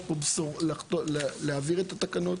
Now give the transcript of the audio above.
יש פה בשורה להעביר את התקנות.